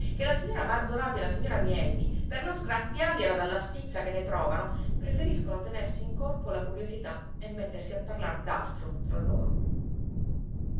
che la signora marzorati e la signora mielli per non sgraffiargliela dalla stizza che ne provano preferiscono tenersi in corpo la curiosità e mettersi a parlar d'altro tra loro